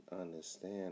understand